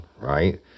right